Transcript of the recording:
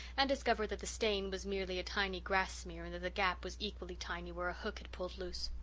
and discovered that the stain was merely a tiny grass smear and that the gap was equally tiny where a hook had pulled loose.